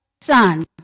son